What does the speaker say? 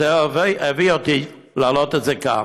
זה הביא אותי להעלות את זה כאן.